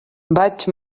vaig